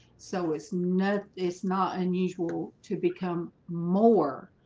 so it's not it's not unusual to become more